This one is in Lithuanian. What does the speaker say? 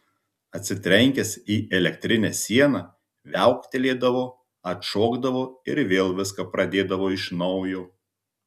atsitrenkęs į elektrinę sieną viauktelėdavo atšokdavo ir vėl viską pradėdavo iš naujo